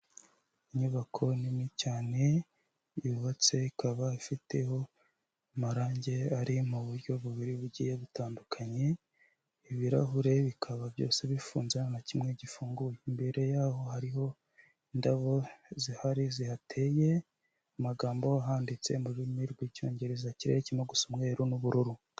Inyubako nini cyane yubatse ikaba ifiteho amarange ari mu buryo bubiri bugiye butandukanye, ibirahure bikaba byose bifunze nta na kimwe gifunguye, imbere yaho hariho indabo zihari zihateye, amagambo ahanditse mu rurimi rw'Icyongereza ikirere kirimo gusa umweru n'ubururu.